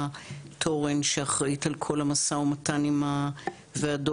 תורן שאחראית על כל המשא ומתן עם הוועדות,